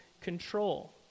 control